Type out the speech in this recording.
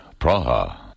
Praha